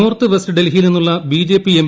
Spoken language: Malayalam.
നോർത്ത് വെസ്റ്റ് ഡൽഹിയിൽ നിന്നുള്ള ബി എം